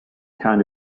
kind